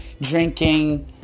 drinking